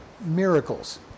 miracles